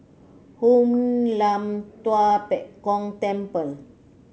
Hoon Lam Tua Pek Kong Temple